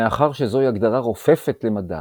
מאחר שזוהי הגדרה רופפת למדי,